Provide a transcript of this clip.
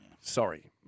sorry